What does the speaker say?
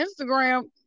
Instagram